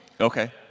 Okay